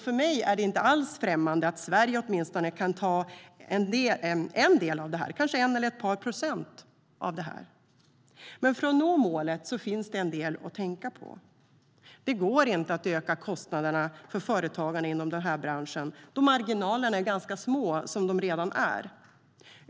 För mig är det inte alls främmande att Sverige åtminstone kan ta en del av det, kanske en eller ett par procent. Men för att nå målet finns det en del att tänka på. Det går inte att öka kostnaderna för företagarna inom den här branschen då marginalerna är ganska små redan som de är.